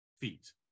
feet